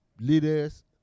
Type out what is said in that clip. Leaders